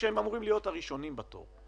כשהם אמורים להיות הראשונים בתור.